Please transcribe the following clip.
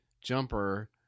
jumper